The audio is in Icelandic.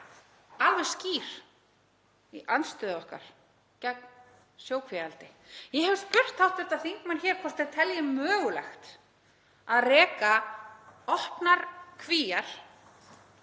alveg skýr í andstöðu okkar gegn sjókvíaeldi. Ég hef spurt hv. þingmenn hér hvort þeir telji mögulegt að reka eldi í